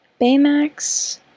Baymax